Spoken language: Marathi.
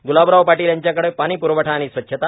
ग्लाबराव पाटील यांच्याकडे पाणी प्रवठा आणि स्वच्छता